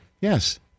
Yes